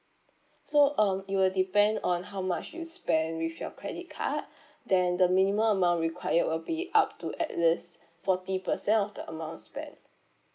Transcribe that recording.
so um it will depend on how much you spend with your credit card then the minimum amount required will be up to at least forty percent of the amount spent